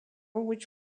which